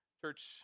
church